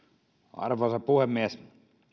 arvoisa puhemies